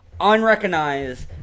unrecognized